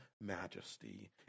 majesty